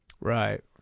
Right